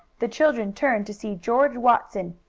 the children turned to see george watson,